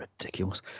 ridiculous